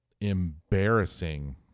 embarrassing